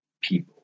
people